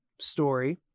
story